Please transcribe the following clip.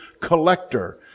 collector